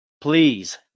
please